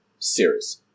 Series